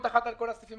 על השלב השני?